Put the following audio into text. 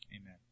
Amen